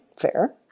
fair